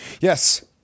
Yes